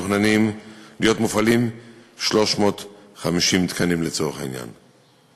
מתוכננים להיות מופעלים 350 תקנים לצורך העניין.